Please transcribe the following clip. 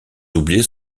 oublier